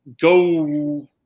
go